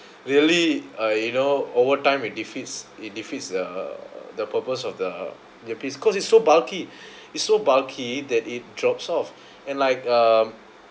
really uh you know over time it defeats it defeats the the purpose of the earpiece cause it's so bulky it's so bulky that it drops off and like um